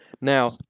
now